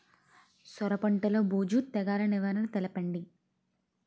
సొర పంటలో బూజు తెగులు నివారణ తెలపండి?